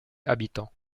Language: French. habitants